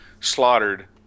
slaughtered